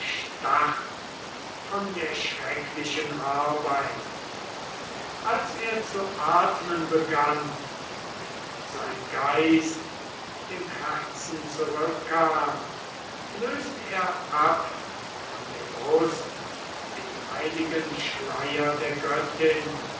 erstarrt von der schrecklichen arbeit als er zu atmen begann und sein geist dem herzen zurückkam löst er ab von der brust den heiligen schleier der göttin